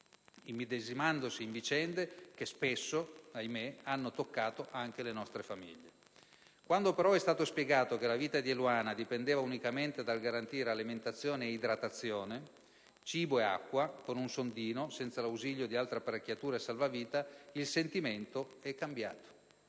immedesimandosi in vicende che spesso, ahimè, hanno toccato anche le nostre famiglie. Quando però è stato spiegato che la vita di Eluana dipendeva unicamente dal garantire alimentazione e idratazione, cibo e acqua, con un sondino, senza l'ausilio di altre apparecchiature salvavita, il sentimento è cambiato.